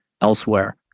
elsewhere